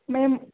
మేము